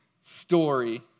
story